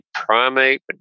primate